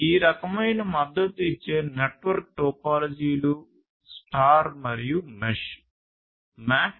ఈ రకమైన మద్దతు ఇచ్చే నెట్వర్క్ టోపోలాజీలు స్టార్ మరియు మెష్